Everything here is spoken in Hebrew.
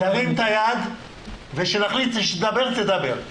תרים את היד וכשנחליט שתדבר, תדבר.